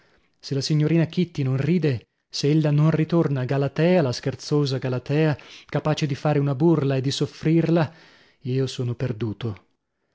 se la signorina kitty non ride se ella non ritorna galatea la scherzosa galatea capace di fare una burla e di soffrirla io sono perduto